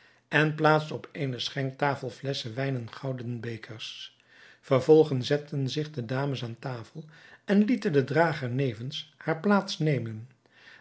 en plaatste op eene schenktafel flesschen wijn en gouden bekers vervolgens zetten zich de dames aan tafel en lieten den drager nevens haar